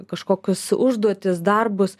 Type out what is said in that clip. kažkokias užduotis darbus